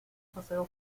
paseo